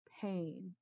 pain